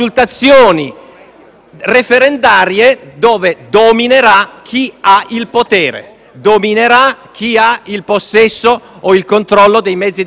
referendarie dove dominerà chi ha il potere, chi ha il possesso o il controllo dei mezzi di informazione, su